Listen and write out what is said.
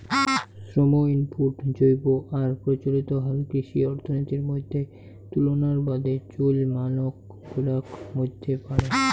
শ্রম ইনপুট জৈব আর প্রচলিত হালকৃষি অর্থনীতির মইধ্যে তুলনার বাদে চইল মানক গুলার মইধ্যে পরে